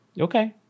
okay